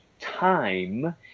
time